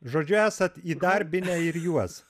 žodžiu esat įdarbinę ir juos